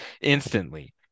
instantly